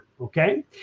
okay